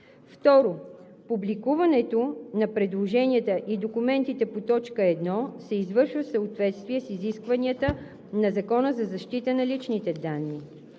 2. Публикуването на предложенията и документите по т. 1 се извършва в съответствие с изискванията на Закона за защита на личните данни.